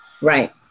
Right